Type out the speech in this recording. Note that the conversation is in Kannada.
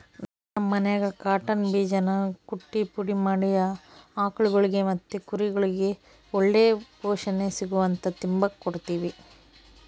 ನಮ್ ಮನ್ಯಾಗ ಕಾಟನ್ ಬೀಜಾನ ಕುಟ್ಟಿ ಪುಡಿ ಮಾಡಿ ಆಕುಳ್ಗುಳಿಗೆ ಮತ್ತೆ ಕುರಿಗುಳ್ಗೆ ಒಳ್ಳೆ ಪೋಷಣೆ ಸಿಗುಲಂತ ತಿಂಬಾಕ್ ಕೊಡ್ತೀವಿ